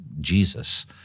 jesus